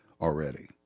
Already